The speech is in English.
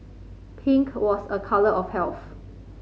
pink was a colour of health